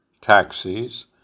taxis